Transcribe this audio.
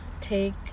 take